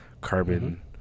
carbon